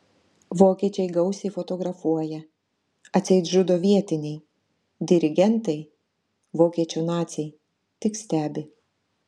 vokiečiai gausiai fotografuoja atseit žudo vietiniai dirigentai vokiečių naciai tik stebi